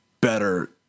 better